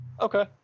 Okay